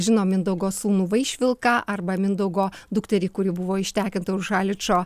žinom mindaugo sūnų vaišvilką arba mindaugo dukterį kuri buvo ištekinta už haličo